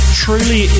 truly